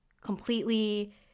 completely